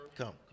Come